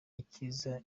icyiza